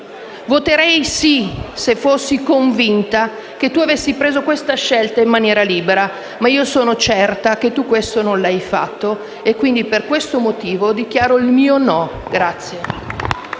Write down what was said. Voterei sì se fossi convinta che tu abbia assunto questa scelta in maniera libera, ma sono certa che tu questo non l'hai fatto. Per questo motivo, dichiaro il mio voto contrario.